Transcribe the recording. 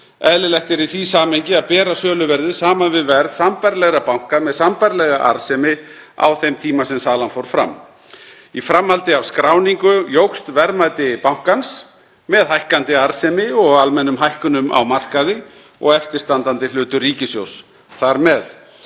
eðlilegt er í því samhengi að bera söluverðið saman við verð sambærilegra banka með sambærilega arðsemi á þeim tíma sem salan fór fram. Í framhaldi af skráningu jókst verðmæti bankans með hækkandi arðsemi og almennum hækkunum á markaði og eftirstandandi hlutur ríkissjóðs þar með.